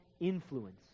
influence